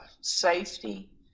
safety